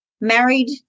married